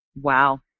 Wow